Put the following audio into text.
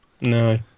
No